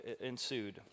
ensued